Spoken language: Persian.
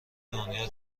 دنیا